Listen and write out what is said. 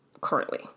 currently